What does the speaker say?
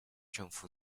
政府